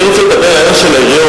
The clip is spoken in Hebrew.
אני רוצה לדבר על העניין של העיריות.